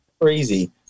crazy